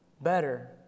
Better